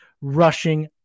rushing